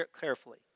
carefully